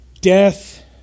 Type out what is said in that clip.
death